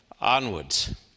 onwards